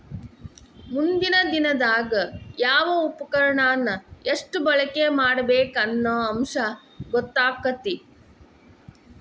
ಮುಂದಿನ ದಿನದಾಗ ಯಾವ ಉಪಕರಣಾನ ಎಷ್ಟ ಬಳಕೆ ಮಾಡಬೇಕ ಅನ್ನು ಅಂಶ ಗೊತ್ತಕ್ಕತಿ